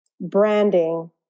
branding